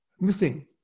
missing